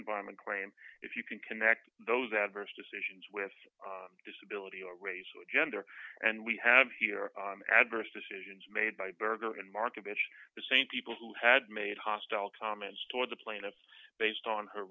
environment claim if you can connect those adverse decisions with disability or race or gender and we have here an adverse decisions made by berger and markovitch the same people who had made hostile comments toward the plaintiff based on her